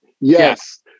yes